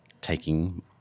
taking